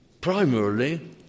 primarily